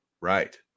Right